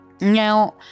Now